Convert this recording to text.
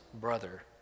brother